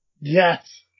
Yes